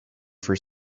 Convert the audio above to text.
for